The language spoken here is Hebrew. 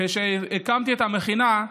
כשהקמתי את המכינה,